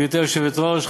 גברתי היושבת-ראש,